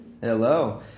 Hello